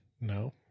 No